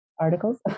articles